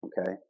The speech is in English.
okay